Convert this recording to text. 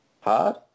hard